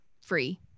free